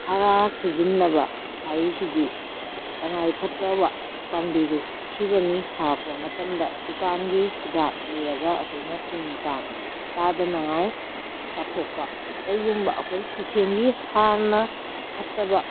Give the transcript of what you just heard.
ꯍꯥꯔ ꯁꯤꯖꯤꯟꯅꯕ ꯍꯥꯏꯔꯤꯁꯤꯗꯤ ꯇꯉꯥꯏꯐꯗ꯭ꯔꯕ ꯄꯥꯝꯕꯤꯗꯨ ꯁꯤꯔꯅꯤ ꯍꯥꯏꯔꯀꯞ ꯃꯇꯝꯗ ꯗꯨꯀꯥꯟꯒꯤ ꯍꯤꯗꯥꯛ ꯂꯩꯔꯒ ꯑꯩꯈꯣꯏꯅ ꯇꯤꯟ ꯀꯥꯡ ꯇꯥꯗꯅꯉꯥꯏ ꯀꯥꯞꯊꯣꯛꯄ ꯀꯩꯒꯨꯝꯕ ꯑꯩꯈꯣꯏ ꯈꯨꯁꯦꯝꯒꯤ ꯍꯥꯔꯅ ꯐꯠꯇꯕ